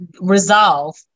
resolve